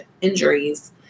injuries